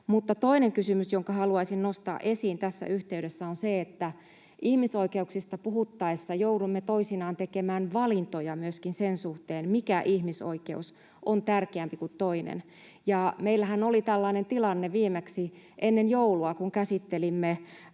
Toinen kysymys, jonka haluaisin nostaa esiin tässä yhteydessä, on se, että ihmisoikeuksista puhuttaessa joudumme toisinaan tekemään valintoja myöskin sen suhteen, mikä ihmisoikeus on tärkeämpi kuin toinen. Meillähän oli tällainen tilanne viimeksi ennen joulua, kun käsittelimme